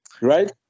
right